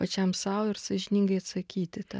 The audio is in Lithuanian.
pačiam sau ir sąžiningai atsakyti tą